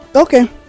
Okay